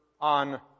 on